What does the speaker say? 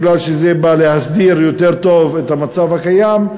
כי זה בא להסדיר יותר טוב את המצב הקיים,